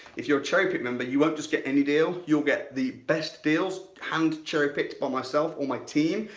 if you're a cherry picked member you won't just get any deal, you'll get the best deals hand cherry picked by um myself or my team,